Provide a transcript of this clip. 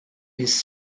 his